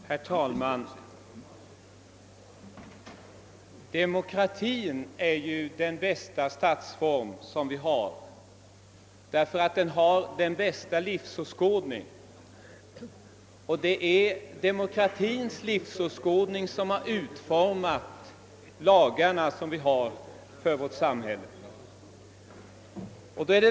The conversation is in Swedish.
Herr talman! Demokratin är den bästa statsform som finns, eftersom den företräder den bästa livsåskådningen. Och det är denna livsåskådning som har utformat lagarna i vårt samhälle.